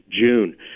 June